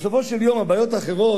בסופו של דבר הבעיות האחרות,